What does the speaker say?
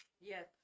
yes